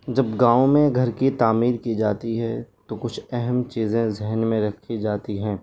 جب گاؤں میں گھر کی تعمیر کی جاتی ہے تو کچھ اہم چیزیں ذہن میں رکھی جاتی ہیں